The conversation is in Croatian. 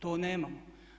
To nemamo.